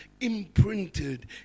imprinted